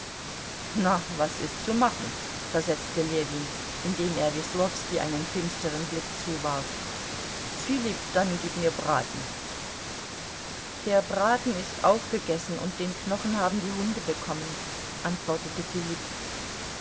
na was ist zu machen versetzte ljewin indem er weslowski einen finsteren blick zuwarf filipp dann gib mir braten der braten ist aufgegessen und den knochen haben die hunde bekommen antwortete filipp